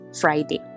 Friday